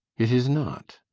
it is not?